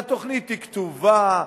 והתוכנית כתובה.